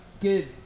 Good